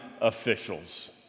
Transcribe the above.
officials